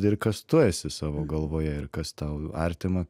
ir kas tu esi savo galvoje ir kas tau artima